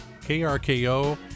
KRKO